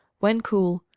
when cool,